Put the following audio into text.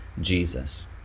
Jesus